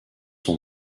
son